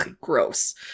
gross